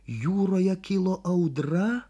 jūroje kilo audra